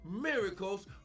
miracles